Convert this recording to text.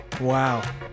wow